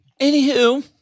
Anywho